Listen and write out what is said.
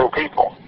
people